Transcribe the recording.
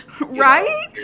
Right